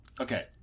Okay